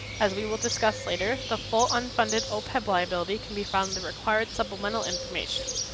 as we will discuss later, the full unfunded open liability can be found the required supplemental information.